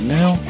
now